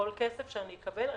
כל כסף שאני אקבל,